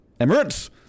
Emirates